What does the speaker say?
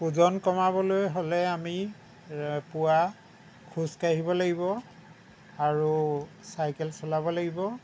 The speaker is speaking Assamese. ওজন কমাবলৈ হ'লে আমি পুৱা খোজকাঢ়িব লাগিব আৰু চাইকেল চলাব লাগিব